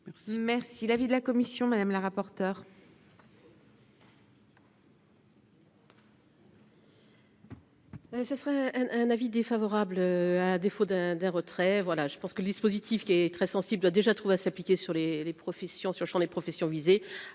Merci l'avis de la commission madame la rapporteure.